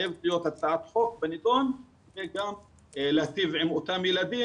חייבת להיות הצעת חוק בנדון וגם להיטיב עם אותם ילדים,